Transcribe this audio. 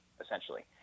essentially